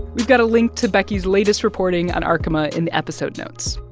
we've got a link to becky's latest reporting on arkema in the episode notes.